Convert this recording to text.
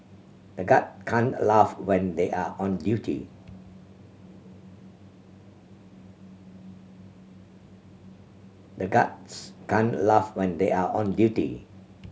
the guard can't laugh when they are on duty the guards can't laugh when they are on duty